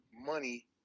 money